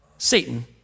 Satan